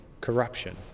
corruption